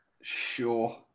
Sure